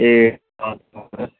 ए